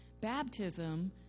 Baptism